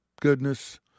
goodness